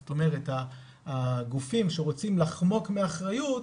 זאת אומרת הגופים שרוצים לחמוק מאחריות,